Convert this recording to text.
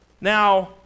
Now